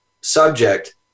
subject